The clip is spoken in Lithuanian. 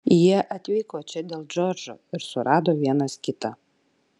jie atvyko čia dėl džordžo ir surado vienas kitą